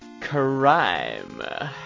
crime